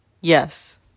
Yes